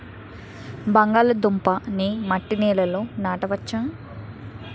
బంగాళదుంప నీ మట్టి నేలల్లో నాట వచ్చా?